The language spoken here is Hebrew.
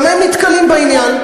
גם הם נתקלים בעניין,